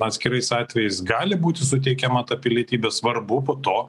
atskirais atvejais gali būti suteikiama ta pilietybė svarbu po to